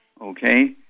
okay